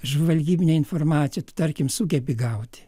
žvalgybinę informaciją tu tarkim sugebi gauti